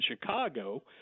Chicago